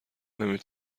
نمی